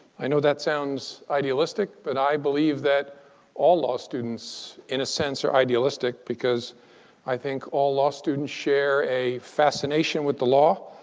i know that sounds idealistic, but i believe that all law students, in a sense, are idealistic because i think all law students share a fascination with the law,